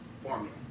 formula